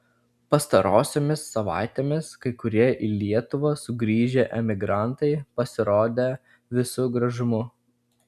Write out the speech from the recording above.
pastarosiomis savaitėmis kai kurie į lietuvą sugrįžę emigrantai pasirodė visu gražumu